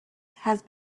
has